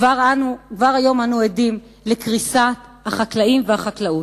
כבר היום אנו עדים לקריסת החקלאים והחקלאות.